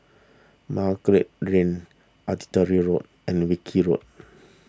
Margate Road Artillery Road and Wilkie Road